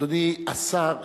אדוני השר,